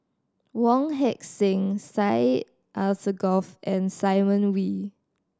Wong Heck Sing Syed Alsagoff and Simon Wee